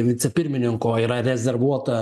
vicepirmininko yra rezervuota